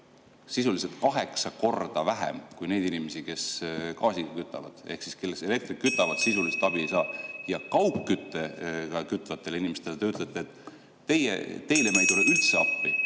sisuliselt kaheksa korda vähem kui neid inimesi, kes gaasiga kütavad. Ehk need, kes elektriga kütavad, sisuliselt abi ei saa ja kaugküttega kütvatele inimestele te ütlete, et teile (Juhataja helistab